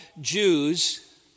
Jews